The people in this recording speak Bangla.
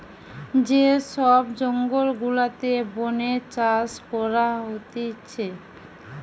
যে সব জঙ্গল গুলাতে বোনে চাষ করা হতিছে